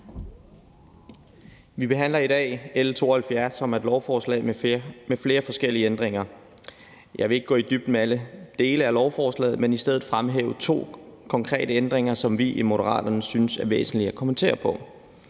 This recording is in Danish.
Vi behandler i dag L 72, som er et lovforslag med flere forskellige ændringer i sig. Jeg vil ikke gå i dybden med alle dele af lovforslaget, men i stedet fremhæve to konkrete ændringer, som vi i Moderaterne synes er væsentlige at kommentere på.